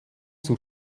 zur